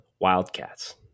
Wildcats